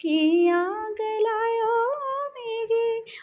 कि'यां गलाएओ मिगी